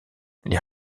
les